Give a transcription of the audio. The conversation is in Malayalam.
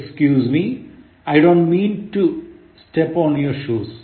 I didn't mean to step on your shoes